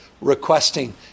requesting